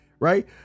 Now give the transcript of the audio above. Right